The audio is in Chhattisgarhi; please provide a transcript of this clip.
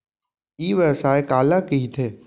ई व्यवसाय काला कहिथे?